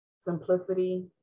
simplicity